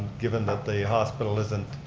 given that the hospital isn't